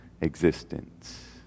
existence